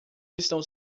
estão